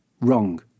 Wrong